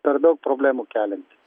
per daug problemų kelianti